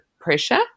pressure